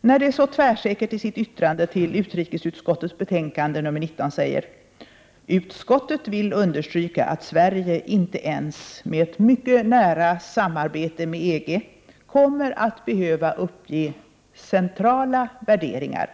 när det så tvärsäkert i sitt yttrande till utrikesutskottets betänkande nr 101 19 säger att utskottet vill understryka att Sverige inte ens med ett mycket nära samarbete med EG kommer att behöva uppge centrala värderingar.